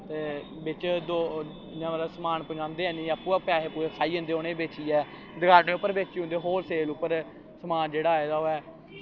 ते बिच्च दो इ'यां मतलब समान पजांदे गै निं आपूं गै पैसे पूसे खाई जंदे उ'नें गी बेचियै दकानें पर बेची ओड़दे होल सेल समान जेह्ड़ा आए दा होऐ